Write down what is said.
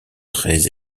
très